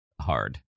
hard